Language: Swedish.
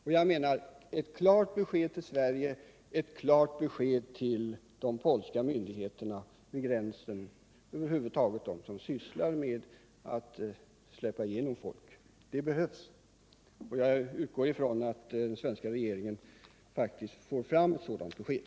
Det bör ges ett klart besked till Sverige och ett klart besked till de polska myndigheterna vid gränsen och över huvud taget till dem som sysslar med att släppa igenom folk. Jag utgår ifrån att den svenska regeringen kommer att få fram ett sådant besked.